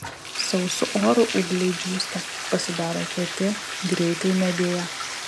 sausu oru ūgliai džiūsta pasidaro kieti greitai medėja